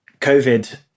COVID